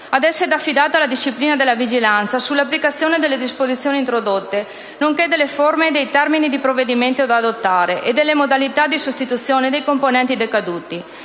ad esso è affidata la disciplina della vigilanza sull'applicazione delle disposizioni introdotte, nonché delle forme e dei termini dei provvedimenti da adottare e delle modalità di sostituzione dei componenti decaduti.